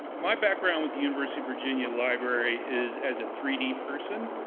my background with the university of virginia library is as a three d person.